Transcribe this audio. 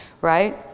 Right